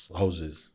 houses